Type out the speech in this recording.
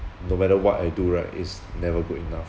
no matter what I do right is never good enough